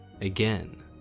Again